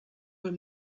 were